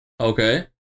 Okay